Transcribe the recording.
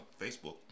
Facebook